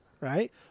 right